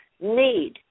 need